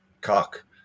Cock